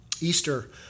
Easter